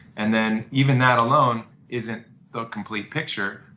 and then even that alone isn't the complete picture.